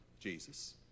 Jesus